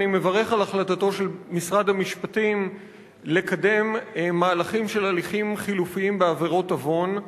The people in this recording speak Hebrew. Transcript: אני מברך על החלטתו של משרד המשפטים לקדם הליכים חלופיים בעבירות עוון.